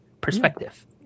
perspective